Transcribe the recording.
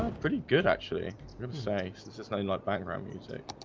pretty good actually say it's just nothing like background music